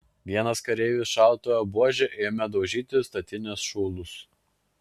vienas kareivis šautuvo buože ėmė daužyti statinės šulus